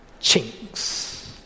chinks